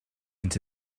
into